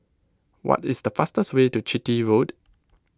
what is the fastest way to Chitty Road